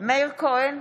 מאיר כהן,